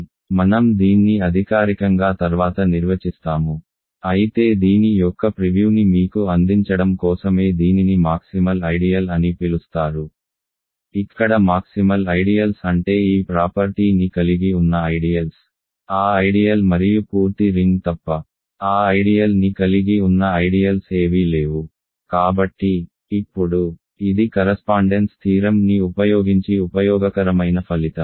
కాబట్టి మనం దీన్ని అధికారికంగా తర్వాత నిర్వచిస్తాము అయితే దీని యొక్క ప్రివ్యూని మీకు అందించడం కోసమే దీనిని మాక్సిమల్ ఐడియల్ అని పిలుస్తారు ఇక్కడ మాక్సిమల్ ఐడియల్స్ అంటే ఈ ప్రాపర్టీ ని కలిగి ఉన్న ఐడియల్స్ ఆ ఐడియల్ మరియు పూర్తి రింగ్ తప్ప ఆ ఐడియల్ ని కలిగి ఉన్న ఐడియల్స్ ఏవీ లేవు కాబట్టి ఇప్పుడు ఇది కరస్పాండెన్స్ థీరమ్ ని ఉపయోగించి ఉపయోగకరమైన ఫలితం